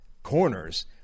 corners